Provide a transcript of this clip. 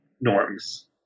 norms